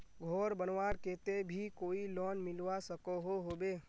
घोर बनवार केते भी कोई लोन मिलवा सकोहो होबे?